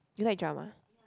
you like drum ah